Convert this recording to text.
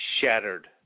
shattered